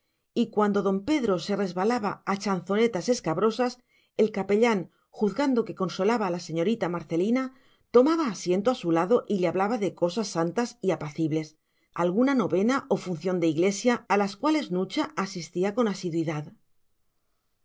y cuando don pedro se resbalaba a chanzonetas escabrosas el capellán juzgando que consolaba a la señorita marcelina tomaba asiento a su lado y le hablaba de cosas santas y apacibles de alguna novena o función de iglesia a las cuales nucha asistía con